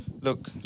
look